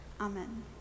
Amen